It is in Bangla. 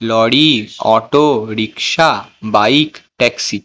lorry auto rickshaw bike taxi